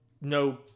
no